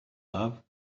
love